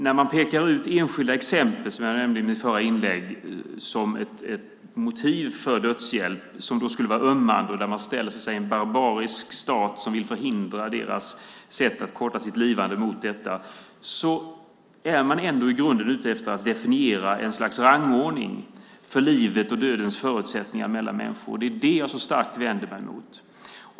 När man, som jag nämnde i mitt förra inlägg, pekar ut enskilda ömmande exempel som ett motiv för dödshjälp och ställer en barbarisk stat som vill förhindra deras sätt att korta sitt lidande mot dem är man ändå i grunden ute efter att definiera en slags rangordning för livets och dödens förutsättningar mellan människor. Det är det jag så starkt vänder mig mot.